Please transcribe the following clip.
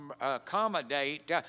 accommodate